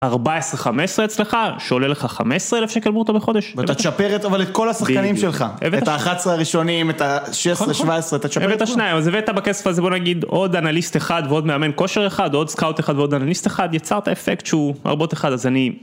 14-15 אצלך שעולה לך 15,000 שקל ברוטו בחודש. ואתה תשפר את כל השחקנים שלך, את ה-11 הראשונים, את ה-16, 17, אתה תשפר את זה. אז הבאת בכסף הזה בוא נגיד עוד אנליסט אחד ועוד מאמן כושר אחד, עוד סקאוט אחד ועוד אנליסט אחד, יצרת אפקט שהוא הרבה יותר חד. אני